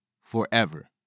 forever